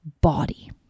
body